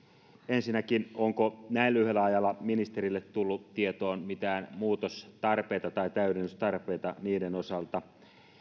ensinnäkin onko näin lyhyellä ajalla ministerille tullut tietoon mitään muutostarpeita tai täydennystarpeita niiden osalta